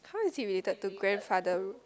how is it related to grandfather